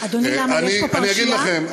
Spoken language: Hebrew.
אני אגיד לכם,